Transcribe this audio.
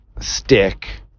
stick